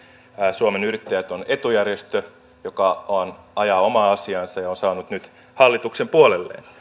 suomen yrittäjät on etujärjestö joka ajaa omaa asiaansa ja on saanut nyt hallituksen puolelleen